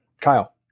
kyle